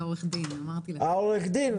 אנחנו